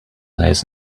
lays